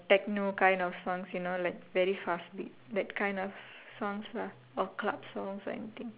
techno kind of songs you know like very fast beat that kind of songs lah or club songs or anything